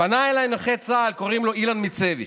פנה אליי נכה צה"ל, קוראים לו אילן מיצביץ'.